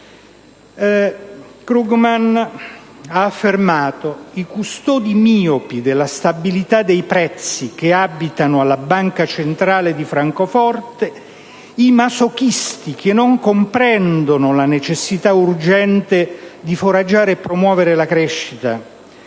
Krugman ha affermato testualmente: «I custodi miopi della stabilità dei prezzi che abitano alla Banca centrale di Francoforte, i masochisti che non comprendono la necessità urgente di foraggiare e promuovere la crescita